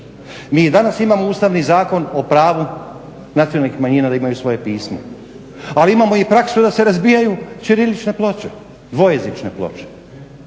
i danas imamo Ustavni zakon o pravu nacionalnih manjina da imaju svoje pismo, ali imamo i praksu da se razbijaju ćirilične ploče, dvojezične ploče,